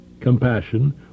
compassion